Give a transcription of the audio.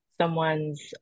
someone's